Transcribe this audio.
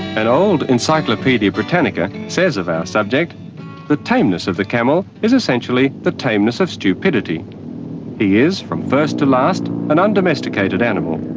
an old encyclopedia brittanica says of our subject the tameness of the camel is essentially the tameness of stupidity. he is first to last, an undomesticated animal,